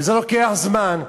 וזה לוקח זמן.